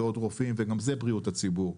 זה עוד רופאים וזה גם בריאות הציבור.